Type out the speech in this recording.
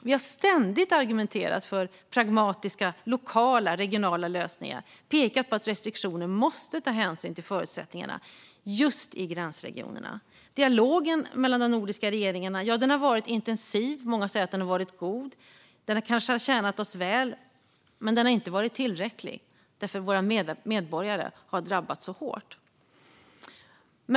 Vi har ständigt argumenterat för pragmatiska lokala och regionala lösningar och pekat på att restriktioner måste ta hänsyn till förutsättningarna just i gränsregionerna. Dialogen mellan de nordiska regeringarna har varit intensiv. Många säger att den har varit god. Den har kanske tjänat oss väl. Men den har inte varit tillräcklig, för våra medborgare har drabbats hårt.